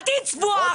אל תהיי צבועה עכשיו.